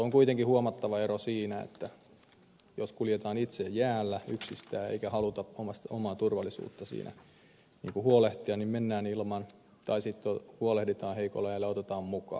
on tässä kuitenkin huomattava ero siihen että kuljetaan yksin jäällä eikä haluta omasta turvallisuudesta huolehtia mennään ilman jäänaskaleita tai että sitten huolehditaan ja heikoilla jäillä otetaan ne mukaan